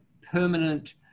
permanent